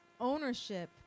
ownership